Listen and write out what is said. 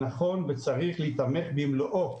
נכון וצריך להיתמך במלואו,